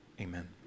Amen